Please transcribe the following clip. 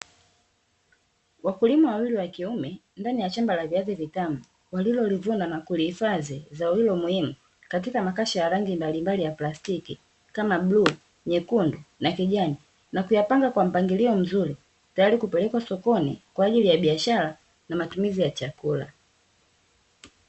Wakullima wawili wakiume ndani ya shamba la viazi vitamu, walilolivuna na kulihifadhi zao hilo muhimu katika makasha ya rangi mbalimbali ya plastiki kama: bluu, nyekundu na kijani; na kuyapanga kwa mpangilio mzuri, tayari kupelekwa sokoni kwa ajili ya biashara na matumizi ya chakula.